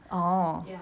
orh